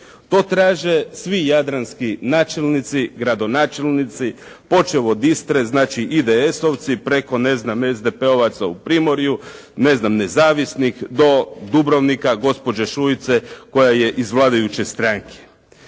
To traže svi jadranski načelnici, gradonačelnici počev od Istre, znači IDS-ovci preko ne znam SDP-ovac u primorju, ne znam nezavisnih, do Dubrovnika gospođe Šuice koja je iz vladajuće stranke.